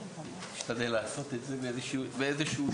נשתדל לעשות את זה באיזה שלב.